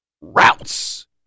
Routes